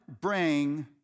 bring